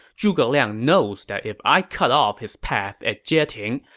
zhuge liang knows that if i cut off his path at jieting,